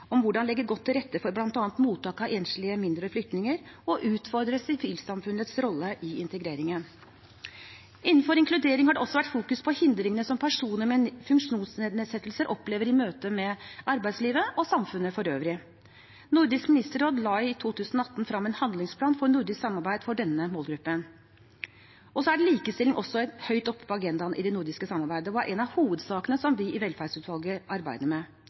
om hvordan legge godt til rette for bl.a. mottak av enslige mindreårige flyktninger, og å utfordre sivilsamfunnets rolle i integreringen. Innenfor inkludering har det også vært fokusert på hindringene som personer med funksjonsnedsettelser opplever i møte med arbeidslivet og samfunnet for øvrig. Nordisk ministerråd la i 2018 frem en handlingsplan for nordisk samarbeid for denne målgruppen. Likestilling er også høyt oppe på agendaen i det nordiske samarbeidet og er en av hovedsakene som vi i velferdsutvalget arbeider med.